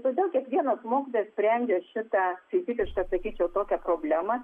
todėl kiekvienas mokytojas sprendžia šitą specifišką sakyčiau tokią problemą